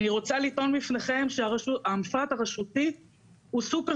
אני רוצה לטעון בפניכם שהמפרט הרשותי הוא סופר